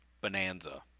bonanza